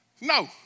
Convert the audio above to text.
No